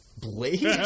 Blade